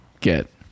get